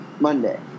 Monday